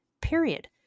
period